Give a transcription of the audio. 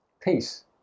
peace